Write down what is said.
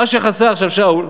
מה שחסר עכשיו, שאול,